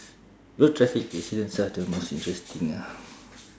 road traffic accidents are the most interesting ah